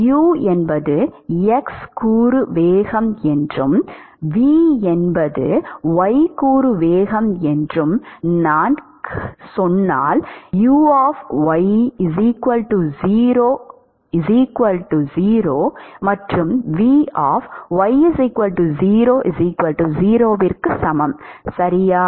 u என்பது x கூறு வேகம் என்றும் v என்பது y கூறு வேகம் என்றும் நான் சொன்னால் uy00 மற்றும் v y00 க்கு சமம் சரியா